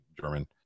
German